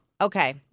Okay